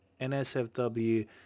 NSFW